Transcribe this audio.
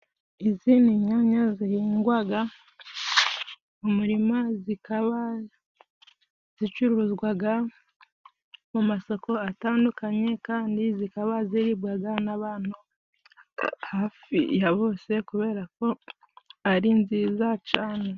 Izi ni nyanya zihingwa mu murima, zikaba zicuruzwa mu masoko atandukanye, kandi zikaba ziribwa n'abantu hafi ya bose kubera ko ari nziza cyane.